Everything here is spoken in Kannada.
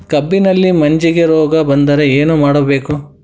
ಕಬ್ಬಿನಲ್ಲಿ ಮಜ್ಜಿಗೆ ರೋಗ ಬಂದರೆ ಏನು ಮಾಡಬೇಕು?